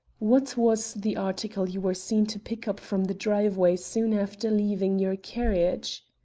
what was the article you were seen to pick up from the driveway soon after leaving your carriage?